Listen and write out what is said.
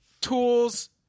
tools